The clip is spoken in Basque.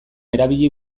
erabili